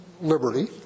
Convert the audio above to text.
liberty